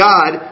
God